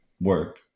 work